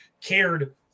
cared